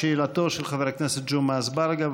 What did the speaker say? שאלתו של חבר הכנסת ג'מעה אזברגה.